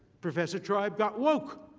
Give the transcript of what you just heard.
professor tribe got woke.